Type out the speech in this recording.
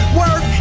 work